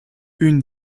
une